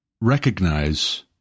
recognize